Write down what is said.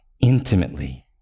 intimately